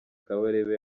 kabarebe